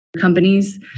companies